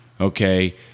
okay